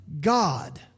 God